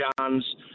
John's